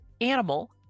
animal